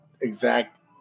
exact